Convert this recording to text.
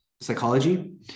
psychology